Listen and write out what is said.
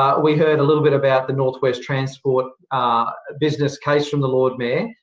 ah we heard a little bit about the north west transport business case from the lord mayor.